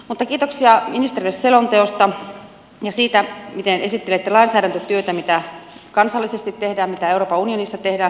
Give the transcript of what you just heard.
mutta kiitoksia ministerille selonteosta ja siitä miten esittelette lainsäädäntötyötä mitä kansallisesti tehdään mitä euroopan unionissa tehdään